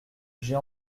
j’ai